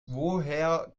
woher